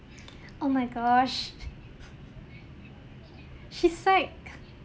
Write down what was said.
oh my gosh she's like